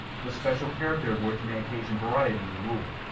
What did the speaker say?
the special character of which may occasion variety in the rule.